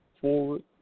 Forward